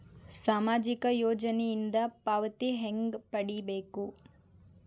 ಸಾಮಾಜಿಕ ಯೋಜನಿಯಿಂದ ಪಾವತಿ ಹೆಂಗ್ ಪಡಿಬೇಕು?